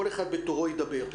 כל אחד ידבר בתורו.